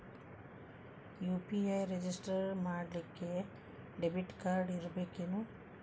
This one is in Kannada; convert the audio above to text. ಯು.ಪಿ.ಐ ರೆಜಿಸ್ಟರ್ ಮಾಡ್ಲಿಕ್ಕೆ ದೆಬಿಟ್ ಕಾರ್ಡ್ ಇರ್ಬೇಕೇನು?